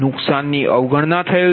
નુકસાન ની અવગણના થયેલ છે